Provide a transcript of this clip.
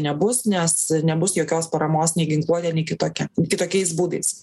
nebus nes nebus jokios paramos nei ginkluote nei kitokia kitokiais būdais